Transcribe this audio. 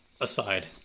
aside